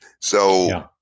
So-